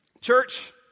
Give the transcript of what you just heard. church